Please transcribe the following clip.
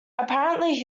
apparently